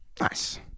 Nice